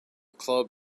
club